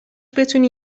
بتونی